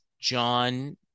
john